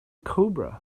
cobra